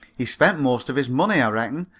he spent most of his money, i reckon,